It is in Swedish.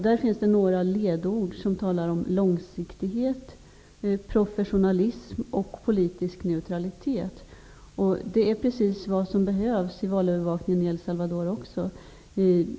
Där finns det några ledord. Det talas om långsiktighet, professionalism och politisk neutralitet. Det är precis vad som behövs också i valövervakningen i El Salvador.